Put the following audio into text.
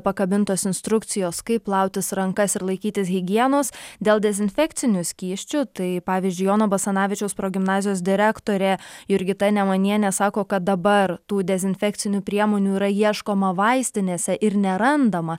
pakabintos instrukcijos kaip plautis rankas ir laikytis higienos dėl dezinfekcinių skysčių tai pavyzdžiui jono basanavičiaus progimnazijos direktorė jurgita nemanienė sako kad dabar tų dezinfekcinių priemonių yra ieškoma vaistinėse ir nerandama